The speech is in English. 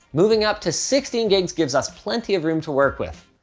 moving up to sixteen gigs gives us plenty of room to work with.